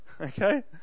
Okay